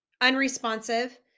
unresponsive